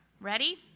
Ready